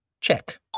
Check